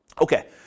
Okay